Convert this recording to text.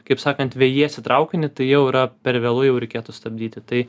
kaip sakant vejiesi traukinį tai jau yra per vėlu jau reikėtų stabdyti tai